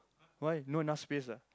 why no enough space ah